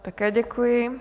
Také děkuji.